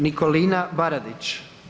Nikolina Baradić.